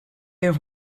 have